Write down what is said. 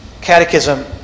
catechism